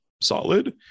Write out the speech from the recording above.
solid